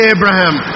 Abraham